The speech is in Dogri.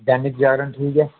दैनिक जागरण ठीक ऐ